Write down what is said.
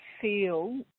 feel